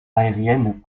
aérienne